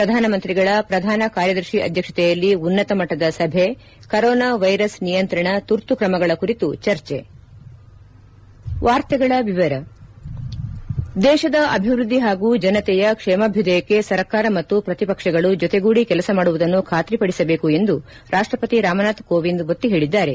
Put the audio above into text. ಪ್ರಧಾನಮಂತ್ರಿಗಳ ಪ್ರಧಾನ ಕಾರ್ಯದರ್ಶಿ ಅಧ್ಯಕ್ಷತೆಯಲ್ಲಿ ಉನ್ನತ ಮಟ್ಲದ ಸಭೆ ಕರೊನಾ ವೈರಸ್ ನಿಯಂತ್ರಣ ತುರ್ತು ಕ್ರಮಗಳ ಕುರಿತು ಚರ್ಚೆ ದೇಶದ ಅಭಿವೃದ್ದಿ ಹಾಗೂ ಜನತೆಯ ಕ್ಷೇಮಾಭ್ಯದಯಕ್ಕೆ ಸರ್ಕಾರ ಮತ್ತು ಪ್ರತಿಪಕ್ಷಗಳು ಜೊತೆಗೂಡಿ ಕೆಲಸ ಮಾಡುವುದನ್ನು ಖಾತ್ರಿಪಡಿಸಬೇಕು ಎಂದು ರಾಷ್ಷಪತಿ ರಾಮನಾಥ್ ಕೋವಿಂದ್ ಒತ್ತಿ ಹೇಳಿದ್ದಾರೆ